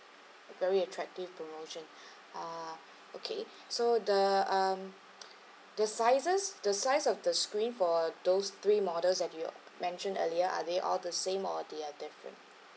a very attractive promotion uh okay so the um the sizes the size of the screen for uh those three models that you mentioned earlier are they all the same or they are different